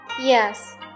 Yes